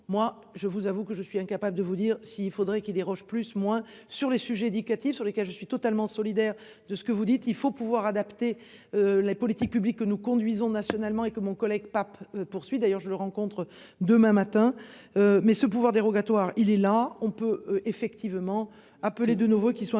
Moi je vous avoue que je suis incapable de vous dire si il faudrait qu'il déroge plus moins sur les sujets éducatifs sur lequel je suis totalement solidaire de ce que vous dites, il faut pouvoir adapter. Les politiques publiques que nous conduisons nationalement et que mon collègue pape poursuit d'ailleurs je le rencontre demain matin. Mais ce pouvoir dérogatoire. Il est là, on peut effectivement appeler de nouveau qui soit un tout. Bertrand